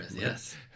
yes